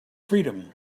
freedom